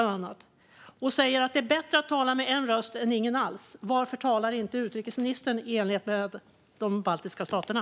De säger att det är bättre att tala med en röst än ingen alls. Varför talar inte utrikesministern på samma sätt som de baltiska staterna?